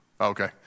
Okay